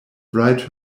write